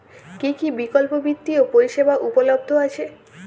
কী কী বিকল্প বিত্তীয় পরিষেবা উপলব্ধ আছে?